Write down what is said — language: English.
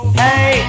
hey